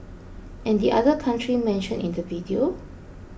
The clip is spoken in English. and the other country mentioned in the video